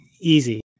easy